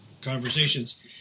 conversations